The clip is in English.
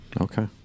Okay